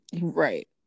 Right